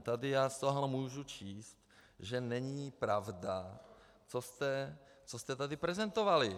Tady já z toho můžu číst, že není pravda, co jste tady prezentovali.